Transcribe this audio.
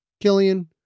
Killian